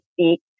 speak